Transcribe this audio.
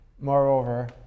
Moreover